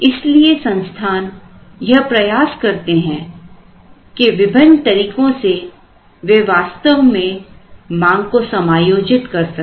इसलिए संस्थान यह प्रयास करते हैं के विभिन्न तरीकों से वे वास्तव में मांग को समायोजित कर सके